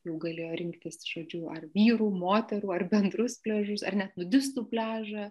jau galėjo rinktis žodžiu ar vyrų moterų ar bendrus pliažus ar net nudistų pliažą